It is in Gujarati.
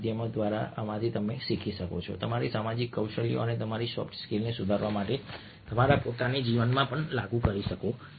અને તમે આમાંથી શીખી શકો છો અને તમારી સામાજિક કૌશલ્યો અને તમારી સોફ્ટ સ્કિલ્સને સુધારવા માટે તમારા પોતાના જીવનમાં પણ લાગુ કરી શકો છો